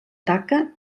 taca